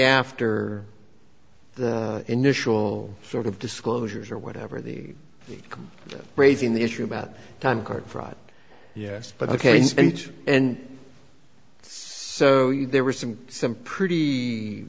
after the initial sort of disclosures or whatever the raising the issue about time card fraud yes but ok speech and so there were some some pretty